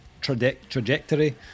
trajectory